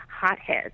Hothead